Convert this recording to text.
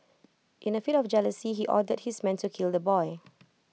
in A fit of jealousy he ordered his men to kill the boy